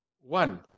one